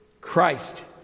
Christ